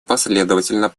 последовательно